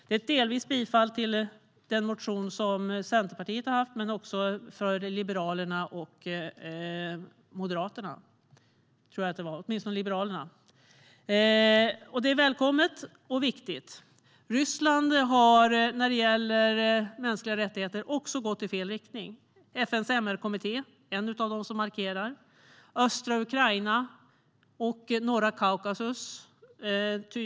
Det är delvis ett bifall till den motion som Centerpartiet har haft men också motioner från Liberalerna och Moderaterna, tror jag, men åtminstone från Liberalerna. Det är välkommet och viktigt. Ryssland har när det gäller mänskliga rättigheter också gått i fel riktning. FN:s MR-kommitté är en av dem som markerar. Det är tydligt vad som händer i östra Ukraina och norra Kaukasus.